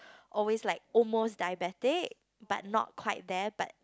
always like almost diabetic but not quite there but